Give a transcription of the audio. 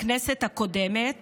בכנסת הקודמת